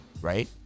right